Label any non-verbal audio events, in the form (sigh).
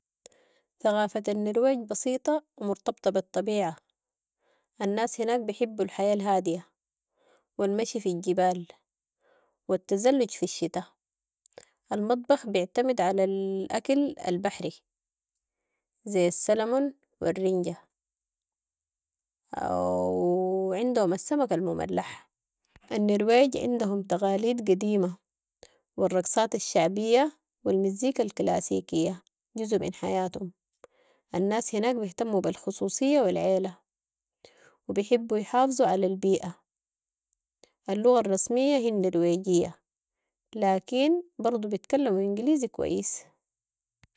ثقافة النرويج بسيطة و مرتبطة بالطبيعة، الناس هناك بحبوا الحياة الهادية و المشي في الجبال و التزلج في الشتاء. المطبخ بعتمد على ال- (hesitation) اكل البحري زي السلمون و الرنجة و (hesitation) عندهم السمك مملح. النرويج عندهم تقاليد قديمة و الرقصات الشعبية و المزيكا الكلاسيكية جزو من حياتهم، الناس هناك بيهتموا بالخصوصية و العيلة و بحبوا يحافظوا على البيئة. اللغة الرسمية هي النرويجية، لكن برضو بتكلموا إنجليزي كويس.